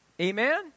Amen